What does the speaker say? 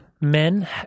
men